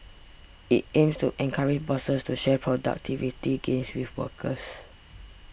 it aims to encourage bosses to share productivity gains with workers